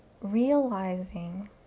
realizing